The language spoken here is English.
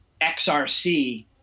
XRC